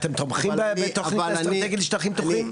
אתם תומכים בתוכנית האסטרטגית לשטחים פתוחים?